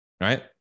right